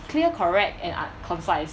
clear correct and uh concise